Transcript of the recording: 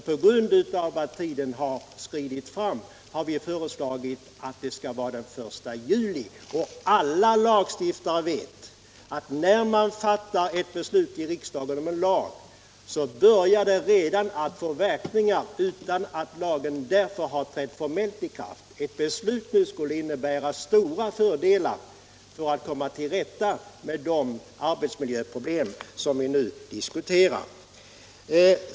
På grund av att tiden är långt framskriden har vi emellertid föreslagit att den skall gälla fr.o.m. den 1 juli. Alla lagstiftare vet att ett beslut i riksdagen om en lag börjar få verkningar redan innan lagen formellt har trätt i kraft. Ett beslut nu skulle innebära stora fördelar när det gäller att komma till rätta med de arbetsmiljöproblem som vi här diskuterar.